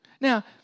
Now